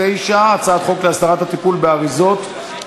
הצעת חוק הגנת הפרטיות (תיקון,